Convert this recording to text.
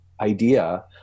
idea